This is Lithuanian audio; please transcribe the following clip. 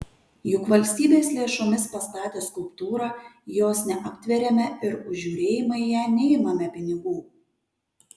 juk valstybės lėšomis pastatę skulptūrą jos neaptveriame ir už žiūrėjimą į ją neimame pinigų